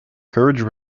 courage